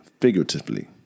figuratively